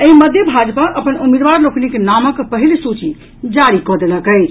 एहि मध्य भाजपा अपन उम्मीदवार लोकनिक नामक पहिल सूची जारी कऽ देलक अछि